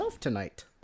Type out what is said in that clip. tonight